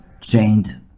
chained